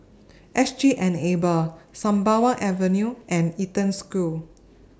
S G Enable Sembawang Avenue and Eden School